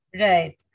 Right